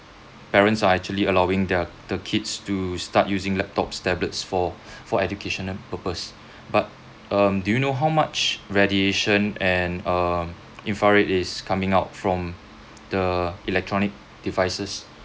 parents are actually allowing their the kids to start using laptops tablets for for educational purpose but um do you know how much radiation and um infrared is coming out from the electronic devices